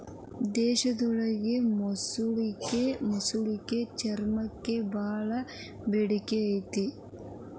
ವಿಧೇಶದೊಳಗ ಮೊಸಳಿಗೆ ಮೊಸಳಿ ಚರ್ಮಕ್ಕ ಬಾಳ ಬೇಡಿಕೆ ಐತಿ